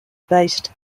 based